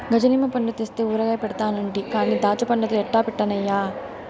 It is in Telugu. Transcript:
గజ నిమ్మ పండ్లు తెస్తే ఊరగాయ పెడతానంటి కానీ దాచ్చాపండ్లతో ఎట్టా పెట్టన్నయ్యా